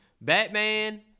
Batman